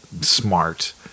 smart